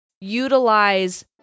utilize